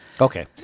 Okay